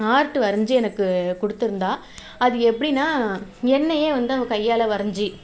art வரைஞ்சி எனக்கு கொடுத்துருந்தா அது எப்படினா என்னையே வந்து அவள் கையால் வரைஞ்சி